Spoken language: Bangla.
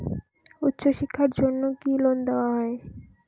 উচ্চশিক্ষার জন্য কি লোন দেওয়া হয়?